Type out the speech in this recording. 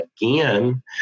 again